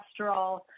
cholesterol